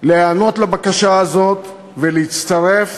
להיענות לבקשה הזאת ולהצטרף.